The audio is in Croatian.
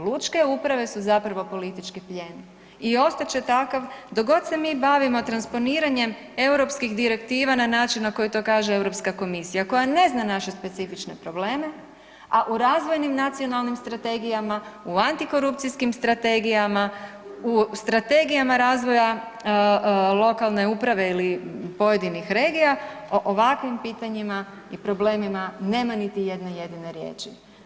Lučke uprave su zapravo politički plijen i ostat će takav dok god se mi bavimo transponiranjem europskih direktiva na način na koji to kaže Europska komisija koja ne zna naše specifične probleme, a u razvojnim nacionalnim strategijama, u antikorupcijskim strategijama, u strategijama razvoja lokalne uprave ili pojedinih regija o ovakvim pitanjima i problemima nema niti jedne jedine riječi.